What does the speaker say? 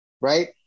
right